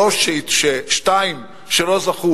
והשתיים שלא זכו,